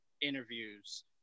interviews